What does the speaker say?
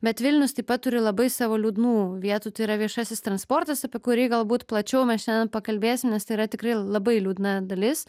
bet vilnius taip pat turi labai savo liūdnų vietų tai yra viešasis transportas apie kurį galbūt plačiau mes šiandien pakalbėsim nes tai yra tikrai labai liūdna dalis